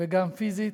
וגם פיזית,